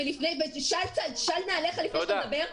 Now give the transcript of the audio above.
של נעליך לפני שאתה מדבר.